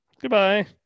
Goodbye